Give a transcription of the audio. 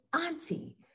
auntie